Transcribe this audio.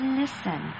listen